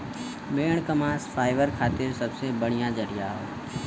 भेड़ क मांस फाइबर खातिर सबसे बढ़िया जरिया हौ